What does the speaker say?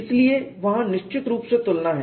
इसलिए वहाँ निश्चित रूप से तुलना है